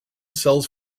sells